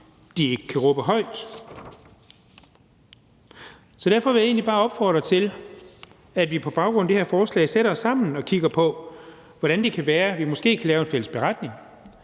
de ikke kan råbe højt. Derfor vil jeg egentlig bare opfordre til, at vi på baggrund af det her forslag sætter os sammen og kigger på, hvordan vi måske kan lave en fælles beretning.